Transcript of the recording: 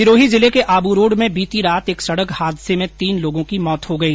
सिरोही जिले के आब्रोड में बीती रात एक सड़क हादसे में तीन लोगों की मौत हो गई